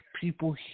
people